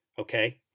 okay